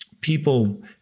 people